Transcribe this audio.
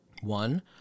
One